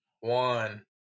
one